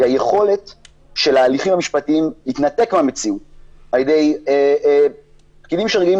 היא היכולת של ההליכים המשפטיים להתנתק מהמציאות על ידי פקידים שרגילים